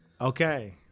okay